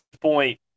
point